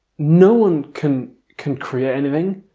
no one can can create anything,